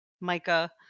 Micah